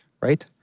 Right